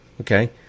Okay